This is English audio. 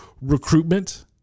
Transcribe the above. recruitment